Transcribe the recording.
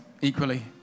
equally